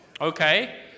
Okay